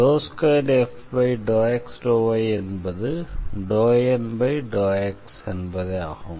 2f∂x∂y என்பது ∂N∂x என்பதே ஆகும்